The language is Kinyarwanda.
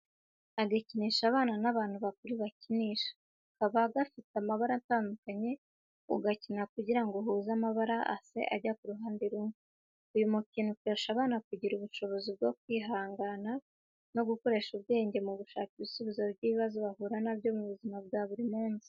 Agakinisho abana n'abantu bakuru bakinisha, kaba gafite amabara atandukanye ugakina ugira ngo uhuze amabara asa ajye ku ruhande rumwe. Uyu mukino ufasha abana kugira ubushobozi bwo kwihangana, no gukoresha ubwenge mu gushaka ibisubizo by'ibibazo bahura na byo mu buzima bwa buri munsi.